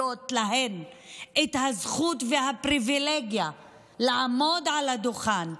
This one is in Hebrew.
להן הזכות והפריבילגיה לעמוד על הדוכן,